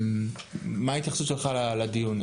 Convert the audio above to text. מה ההתייחסות שלך לדיון?